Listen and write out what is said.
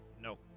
No